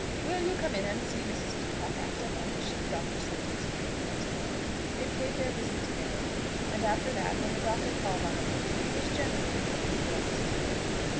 will you come in and see mrs. peacocke after lunch? the doctor said to his wife the next morning. they paid their visit together and after that, when the doctor called on the lady, he was generally accompanied by mrs. wortle.